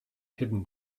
hidden